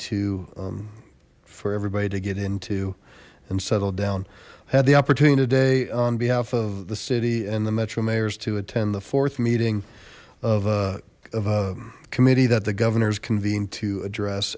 to for everybody to get into and settle down i had the opportunity today on behalf of the city and the metro mayor's to attend the fourth meeting of a committee that the governor's convened to address